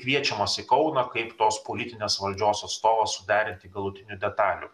kviečiamas į kauną kaip tos politinės valdžios atstovas suderinti galutinių detalių